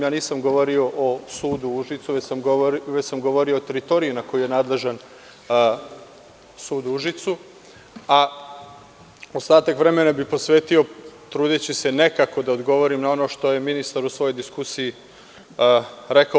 Ja nisam govorio o sudu u Užicu, već sam govorio o teritoriji na kojoj je nadležan sud u Užicu, a ostatak vremena bih posvetio, trudeći se nekako da odgovorim, na ono što je ministar u svojoj diskusiji rekao.